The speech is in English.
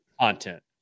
content